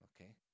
Okay